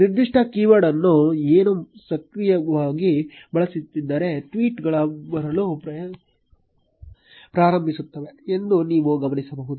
ನಿರ್ದಿಷ್ಟ ಕೀವರ್ಡ್ ಅನ್ನು ಇನ್ನೂ ಸಕ್ರಿಯವಾಗಿ ಬಳಸುತ್ತಿದ್ದರೆ ಟ್ವೀಟ್ ಗಳು ಬರಲು ಪ್ರಾರಂಭಿಸುತ್ತವೆ ಎಂದು ನೀವು ಗಮನಿಸಬಹುದು